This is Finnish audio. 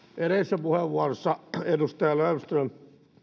edellisessä puheenvuorossa edustaja löfström